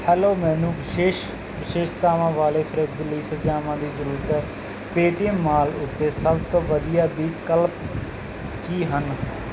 hello ਮੈਨੂੰ ਵਿਸ਼ੇਸ਼ ਵਿਸ਼ੇਸ਼ਤਾਵਾਂ ਵਾਲੇ ਫਰਿੱਜ ਲਈ ਸੁਝਾਵਾਂ ਦੀ ਜ਼ਰੂਰਤ ਹੈ ਪੇਟੀਐੱਮ ਮਾਲ ਉੱਤੇ ਸਭ ਤੋਂ ਵਧੀਆ ਵਿਕਲਪ ਕੀ ਹਨ